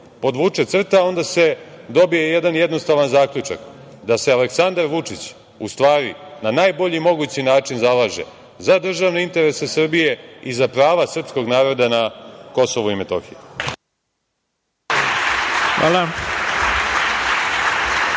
podvuče crta onda se dobije jedan jednostavan zaključak – da se Aleksandar Vučić u stvari na najbolji mogući način zalaže za državne interese Srbije i za prava srpskog naroda na KiM.